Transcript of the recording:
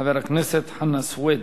חבר הכנסת חנא סוייד,